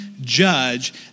judge